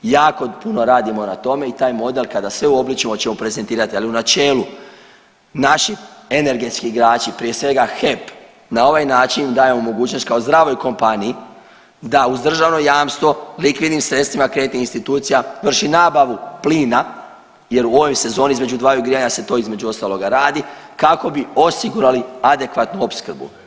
Jako puno radimo na tome i taj model kada sve uobličimo ćemo prezentirati ali u načelu, naši energetski igrači prije svega, HEP na ovaj način daje u mogućnost kao zdravoj kompaniji da uz državno jamstvo likvidnim sredstvima kreditnih institucija vrši nabavu plina jer u ovoj sezoni između dvaju grijanja se to između ostaloga radi kako bi osigurali adekvatnu opskrbu.